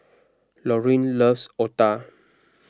Lauryn loves Otah